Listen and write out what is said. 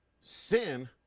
sin